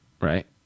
Right